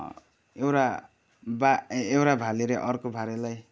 एउटा भा एउटा भालेले अर्को भालेलाई